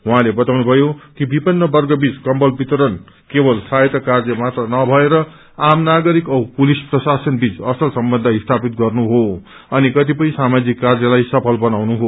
उझँले बताउनुमयो कि विपन्नवर्ग बीच कबल वितरण केवल सहायता कार्यमात्र नभएर आम नागरिक औ पुलिस प्रशासनबीच असल सम्बन्च सीपित गर्नु श्रे अनि कतिपय सामाजिक कार्यलाई सफल बनाउनु हो